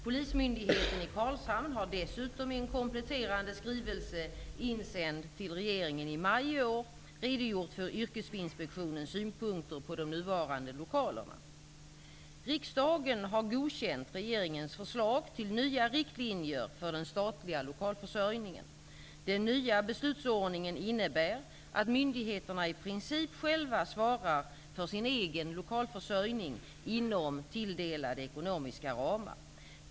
Polismyndigheten i Karlshamn har dessutom i en kompletterande skrivelse insänd till regeringen i maj i år redogjort för Riksdagen har godkänt regeringens förslag till nya riktlinjer för den statliga lokalförsörjningen. Den nya beslutsordningen innebär att myndigheterna i princip själva svarar för sin egen lokalförsörjning inom tilldelade ekonomiska ramar.